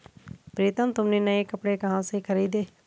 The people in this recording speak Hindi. प्रितम तुमने नए कपड़े कहां से खरीदें?